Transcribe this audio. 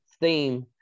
theme